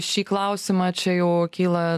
šį klausimą čia jau kyla